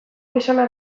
gizona